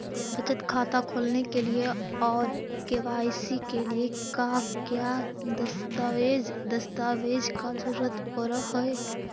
बचत खाता खोलने के लिए और के.वाई.सी के लिए का क्या दस्तावेज़ दस्तावेज़ का जरूरत पड़ हैं?